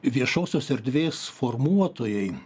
viešosios erdvės formuotojai